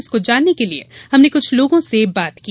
इसको जानने के लिए हमने कुछ लोगों से बात की